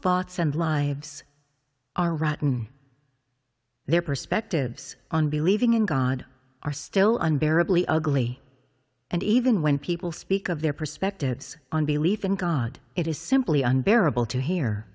thoughts and lives are rotten their perspectives on believing in god are still unbearably ugly and even when people speak of their perspectives on belief in god it is simply unbearable to he